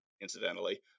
incidentally